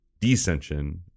descension